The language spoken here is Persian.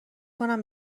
کنم